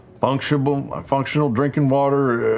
functional functional drinking water?